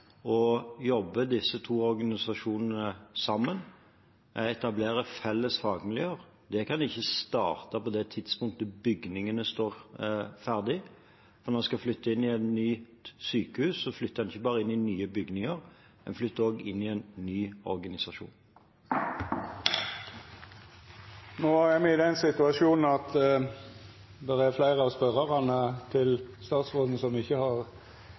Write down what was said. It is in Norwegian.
å jobbe disse to organisasjonene sammen, etablere felles fagmiljøer, ikke kan starte på det tidspunktet bygningene står ferdig. Når man skal flytte inn i et nytt sykehus, flytter en ikke bare inn i nye bygninger, en flytter også inn i en ny organisasjon. No er me i den situasjonen at det er fleire av spørjarane som ikkje har